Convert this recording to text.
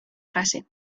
fase